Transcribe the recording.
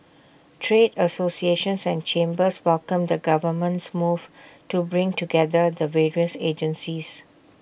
trade associations and chambers welcomed the government's move to bring together the various agencies